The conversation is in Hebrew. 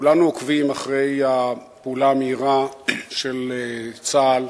כולנו עוקבים אחרי הפעולה המהירה של צה"ל,